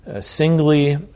singly